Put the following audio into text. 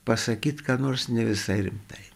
pasakyt ką nors ne visai rimtai